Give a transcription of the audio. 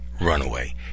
Runaway